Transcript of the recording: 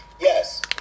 Yes